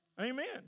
Amen